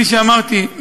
כפי שאמרתי,